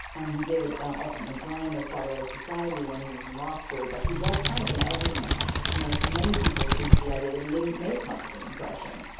i mean he did ultimately join the federalist society when he was in law school. but he was kind of an every man you know. many people speak to the idea that he didn't make much of an impression.